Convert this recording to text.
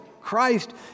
Christ